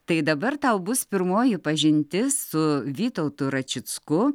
tai dabar tau bus pirmoji pažintis su vytautu račicku